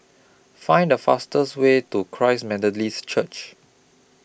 Find The fastest Way to Christ Methodist Church